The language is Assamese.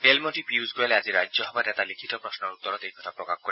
ৰেলমন্ত্ৰী পীয়ুষ গোৱেলে আজি ৰাজ্যসভাত এটা লিখিত প্ৰশ্নৰ উত্তৰত এই কথা প্ৰকাশ কৰে